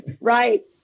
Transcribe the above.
right